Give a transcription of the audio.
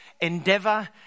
endeavor